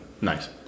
Nice